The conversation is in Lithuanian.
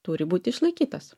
turi būt išlaikytas